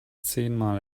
zehnmal